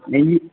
நெய்